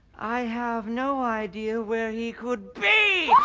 i have no idea where he could be!